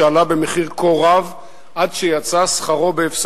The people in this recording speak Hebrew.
ניצחון פירוס משמש תיאור לניצחון שעלה במחיר כה רב עד שיצא שכרו בהפסדו.